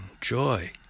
joy